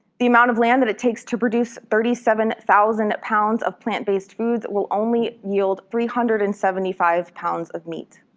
the amount of land that it takes to produce thirty seven thousand pounds of plant-based foods will only yield three hundred and seventy five pounds of meat.